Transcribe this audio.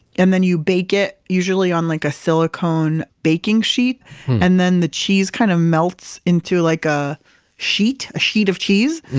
and then you bake it usually on like a silicone baking sheet and then the cheese kind of melts into like ah a sheet of cheese,